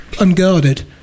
unguarded